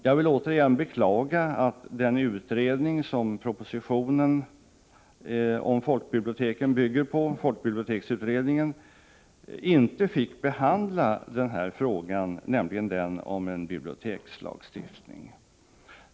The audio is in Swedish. Jag vill återigen beklaga att den utredning som propositionen om folkbiblioteken bygger på — folkbiblioteksutredningen — inte fick behandla frågan om en bibliotekslag.